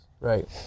right